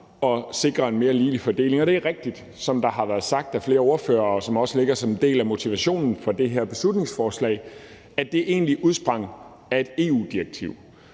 og sikrer en mere ligelig fordeling. Det er rigtigt, som det har været sagt af flere ordførere, og som også ligger som en del af motivationen for det her beslutningsforslag, at det egentlig udsprang af et EU-direktiv.